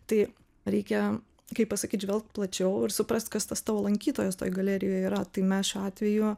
tai reikia kaip pasakyt žvelgt plačiau ir suprast kas tas tavo lankytojas toj galerijoj yra tai mes šiuo atveju